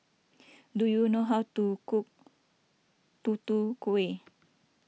do you know how to cook Tutu Kueh